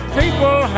people